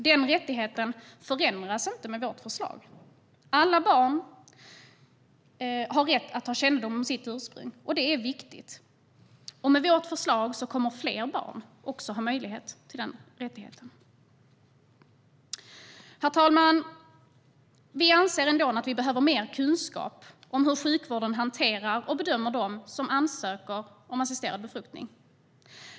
Den rättigheten förändras inte med vårt förslag. Alla barn har rätt att ha kännedom om sitt ursprung, och det är viktigt. Med vårt förslag kommer fler barn att få den rättigheten. Herr talman! Vi anser att vi behöver mer kunskap om hur sjukvården hanterar och bedömer dem som ansöker om assisterad befruktning.